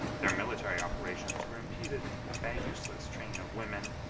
their military operations were impeded by a useless train of women,